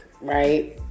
right